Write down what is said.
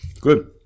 good